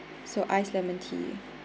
so iced lemon tea